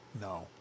No